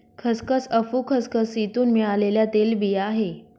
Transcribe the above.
खसखस अफू खसखसीतुन मिळालेल्या तेलबिया आहे